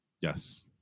Yes